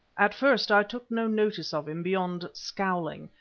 at first i took no notice of him beyond scowling,